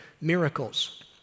miracles